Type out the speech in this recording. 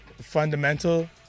Fundamental